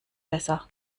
besser